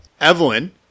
Evelyn